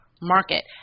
market